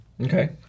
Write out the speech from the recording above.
Okay